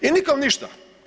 I nikom ništa.